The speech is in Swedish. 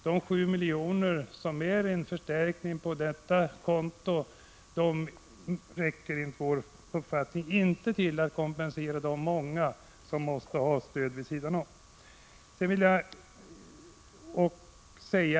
De sju milj.kr. som är en förstärkning på detta konto räcker enligt vår mening inte till för att kompensera de många som måste ha stöd utöver detta anslag.